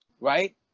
right